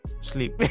sleep